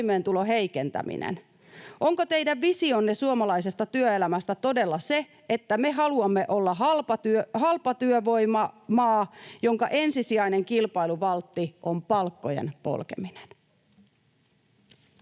toimeentulon heikentäminen? Onko teidän visionne suomalaisesta työelämästä todella se, että me haluamme olla halpatyövoimamaa, jonka ensisijainen kilpailuvaltti on palkkojen polkeminen?